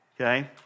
okay